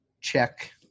check